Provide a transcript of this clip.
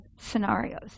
scenarios